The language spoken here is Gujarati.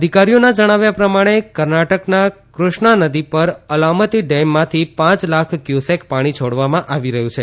અધિકારીઓના જણાવ્યા પ્રમાણે કર્ણાટકના કૃષ્ણા નદી પર સલામતી ડેમમાંથી પાંચ લાખ ક્યુસેક પાણી છોડવામાં આવી રહ્યું છે